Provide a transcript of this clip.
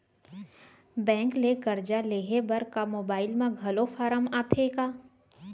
Bank ले करजा लेहे बर का मोबाइल म घलो फार्म आथे का?